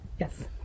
Yes